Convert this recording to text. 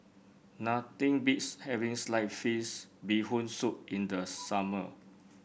nothing beats having Sliced Fish Bee Hoon Soup in the summer